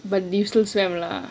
but you still swam lah